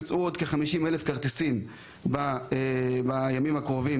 יוצעו עוד כ-50,000 כרטיסים בימים הקרובים.